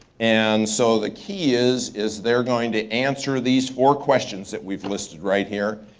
and so the key is is they're going to answer these four questions that we've listed right here.